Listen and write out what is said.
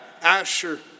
Asher